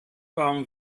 warm